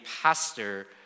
pastor